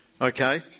Okay